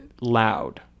loud